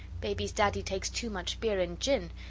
baby's daddy takes too much beer and gin,